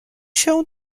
się